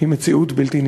היא מציאות בלתי נסבלת.